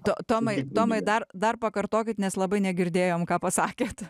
to tomai tomai dar dar pakartokit nes labai negirdėjom ką pasakėt